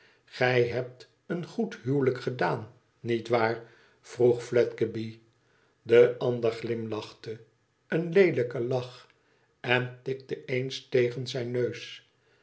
gij hebt een goed huwelijk gedaan niet waar vroeg fiedgeby de ander glimchte een leelijke lach en tikte eens tegen zijn neus